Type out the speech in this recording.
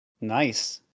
Nice